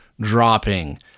dropping